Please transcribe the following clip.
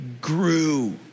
grew